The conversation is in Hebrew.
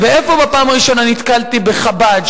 איפה בפעם הראשונה נתקלתי בחב"ד,